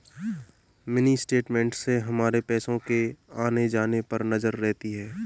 mini statement से हमारे पैसो के आने जाने पर नजर रहती है